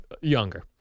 Younger